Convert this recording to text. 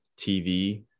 TV